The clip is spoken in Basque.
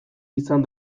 izan